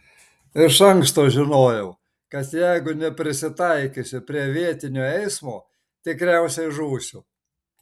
iš anksto žinojau kad jeigu neprisitaikysiu prie vietinio eismo tikriausiai žūsiu